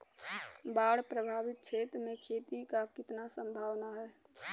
बाढ़ प्रभावित क्षेत्र में खेती क कितना सम्भावना हैं?